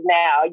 now